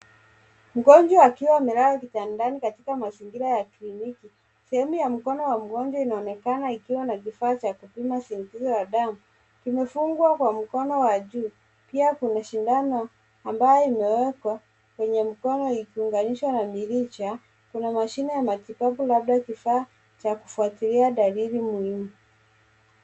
Mgonjwa akiwa amelala kitandani katika mazingira ya kliniki. Sehemu ya mkono wa mgonjwa inaonekana ikiwa na kifaa cha kupima shinikizo la damu, kimefungwa kwa mkono wa juu, pia kuna sindano ambayo imewekwa kwenye mkono ikiunganisha na mirija. Kuna mashine ya matibabu labda kifaa cha kufuatilia dalili muhimu.